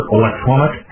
electronic